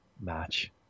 match